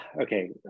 okay